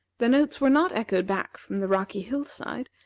the notes were not echoed back from the rocky hill-side,